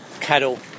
cattle